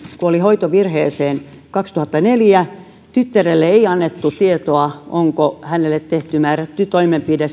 kuoli hoitovirheeseen kaksituhattaneljä tyttärelle ei annettu seuraavana päivänä tietoa onko tälle tehty määrätty toimenpide